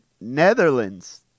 Netherlands